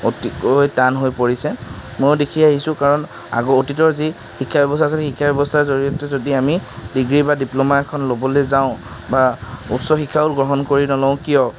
অতিকৈ টান হৈ পৰিছে মইও দেখি আহিছোঁ কাৰণ আগৰ অতীতৰ যি শিক্ষা ব্য়ৱস্থা আছিল সেই শিক্ষা ব্য়ৱস্থাৰ জৰিয়তে যদি আমি ডিগ্ৰী বা ডিপ্লমা এখন ল'বলৈ যাওঁ বা উচ্চ শিক্ষাও গ্ৰহণ কৰি নলওঁ কিয়